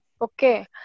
Okay